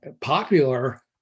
popular